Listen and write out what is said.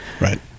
Right